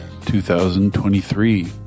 2023